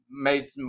Made